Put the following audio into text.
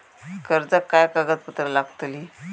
कर्जाक काय कागदपत्र लागतली?